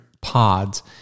pods